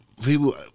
people